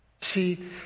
See